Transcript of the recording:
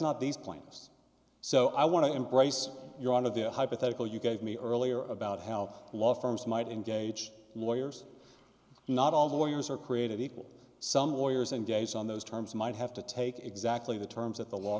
not these plaintiffs so i want to embrace your one of the hypothetical you gave me earlier about how law firms might engage lawyers not all the lawyers are created equal some lawyers in days on those terms might have to take exactly the terms that the law